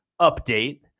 update